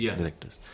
directors